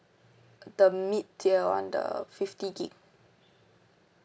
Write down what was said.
the mid-tier [one] the fifty gig